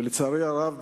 לצערי הרב,